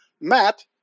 Matt